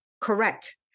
Correct